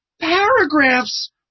paragraphs